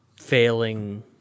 failing